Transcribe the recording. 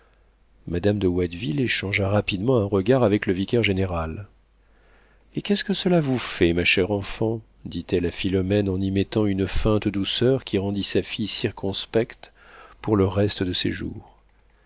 madame de watteville échangea rapidement un regard avec le vicaire-général et qu'est-ce que cela vous fait ma chère enfant dit-elle à philomène en y mettant une feinte douceur qui rendit sa fille circonspecte pour le reste de ses jours